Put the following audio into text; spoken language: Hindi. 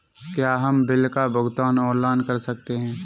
क्या हम बिल का भुगतान ऑनलाइन कर सकते हैं?